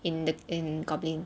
in the in goblin